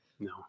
No